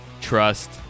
trust